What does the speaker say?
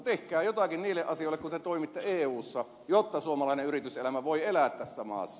tehkää jotakin niille asioille kun te toimitte eussa jotta suomalainen yrityselämä voi elää tässä maassa